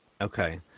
Okay